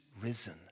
risen